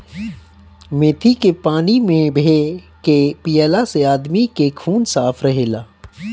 मेथी के पानी में भे के पियला से आदमी के खून साफ़ रहेला